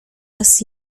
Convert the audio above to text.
raz